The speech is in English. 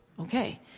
okay